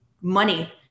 money